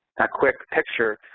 a quick picture,